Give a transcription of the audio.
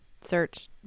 search